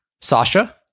Sasha